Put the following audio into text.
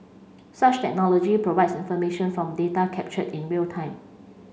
such technology provides information from data captured in real time